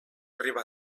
arriba